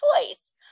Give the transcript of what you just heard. choice